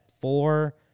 four